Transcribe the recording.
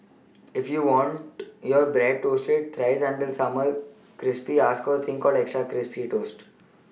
if you want your bread toasted thrice until super crispy ask a thing called extra crispy toast